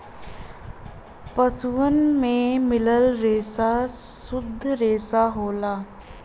पसुअन से मिलल रेसा सुद्ध रेसा होला